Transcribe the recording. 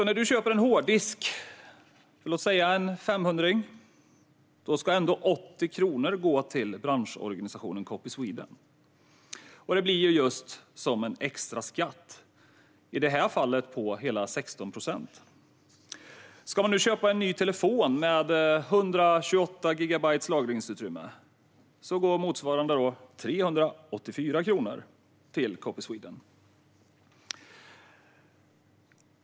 När du köper en hårddisk för låt säga en femhundring ska 80 kronor gå till branchorganisationen Copyswede. Det blir som en extra skatt, i det här fallet på hela 16 procent. Ska man nu köpa en ny telefon med 128 gigabytes lagringsutrymme går motsvarande 384 kronor till Copyswede.